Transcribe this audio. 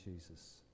Jesus